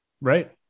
Right